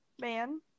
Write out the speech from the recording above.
man